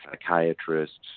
psychiatrists